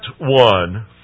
one